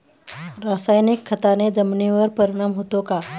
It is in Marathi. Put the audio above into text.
रासायनिक खताने जमिनीवर परिणाम होतो का?